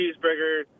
cheeseburger